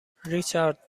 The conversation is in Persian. ریچارد